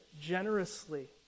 generously